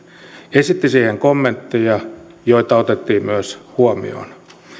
esitti siihen kommentteja joita otettiin myös huomioon